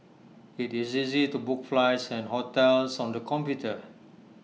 IT is easy to book flights and hotels on the computer